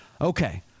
Okay